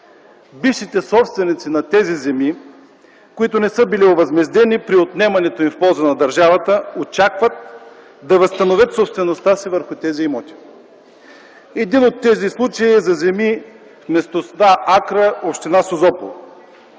Бившите собственици на тези земи, които не са били овъзмездени при отнемането им в полза на държавата, очакват да възстановят собствеността си върху тези имоти. Един от тези случаи е за земи в местността „Акра”, община Созопол.